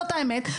האמת.